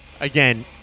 Again